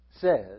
says